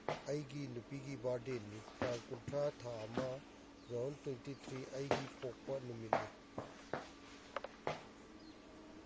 ꯑꯩꯒꯤ ꯅꯨꯄꯤꯒꯤ ꯕꯥꯔꯗꯦꯅꯤ ꯇꯥꯡ ꯀꯨꯟꯊ꯭ꯔꯥ ꯊꯥ ꯑꯃ ꯇꯨ ꯊꯥꯎꯖꯟ ꯇ꯭ꯋꯦꯟꯇꯤ ꯊ꯭ꯔꯤ ꯑꯩꯒꯤ ꯄꯣꯛꯄ ꯅꯨꯃꯤꯠꯅꯤ